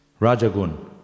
Rajagun